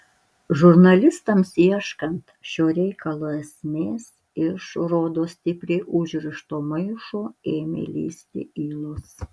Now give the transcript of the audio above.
žurnalistams ieškant šio reikalo esmės iš rodos stipriai užrišto maišo ėmė lįsti ylos